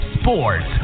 Sports